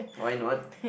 why not